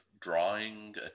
drawing